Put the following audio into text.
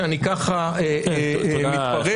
שאני ככה מתפרץ,